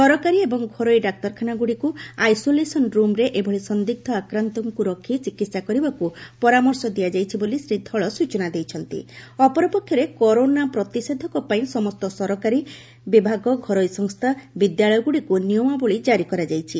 ସରକାରୀ ଏବଂ ଘରୋଇ ଡାକ୍ତରଖାନାଗୁଡ଼ିକୁ ଆଇସୋଲେସନ୍ ରୁମ୍ରେ ଏଭଳି ସନ୍ଦିଗ୍ମ ଆକ୍ରାନ୍ତଙ୍କ ରଖ ଚିକିହା କରିବାକୁ ପରାମର୍ଶ ଦିଆଯାଇଛି ବୋଲି ଶ୍ରୀ ଧଳ ସ୍ଚନା ଦେଇଛନ୍ତି ଅପରପକ୍ଷରେ କରୋନା ପ୍ରତିଷେଧକ ପାଇଁ ସମସ୍ତ ସରକାରୀ ବିଭାଗ ଘରୋଇ ସଂସ୍ଥା ବିଦ୍ୟାଳୟଗୁଡ଼ିକୁ ନିୟମାବଳୀ କାରି କରାଯାଇଛି